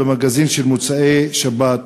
"המגזין" של מוצאי שבת,